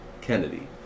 Kennedy